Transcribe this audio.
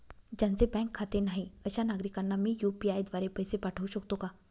ज्यांचे बँकेत खाते नाही अशा नागरीकांना मी यू.पी.आय द्वारे पैसे पाठवू शकतो का?